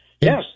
Yes